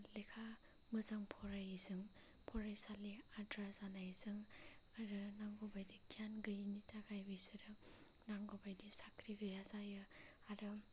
लेखा मोजां फरायैजों फरायसालिया आद्रा जानायजों आरो नांगौबादि गियान गैयैनि थाखाय बिसोरो नांगौ बायदि साख्रि गैया जायो आरो